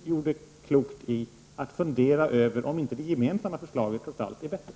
skulle göra klokt i att fundera över om inte det gemensamma förslaget trots allt vore bättre.